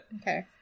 Okay